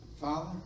father